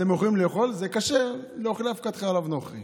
אתם יכולים לאכול, זה כשר לאוכלי אבקת חלב נוכרי.